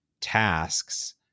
tasks